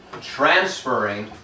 transferring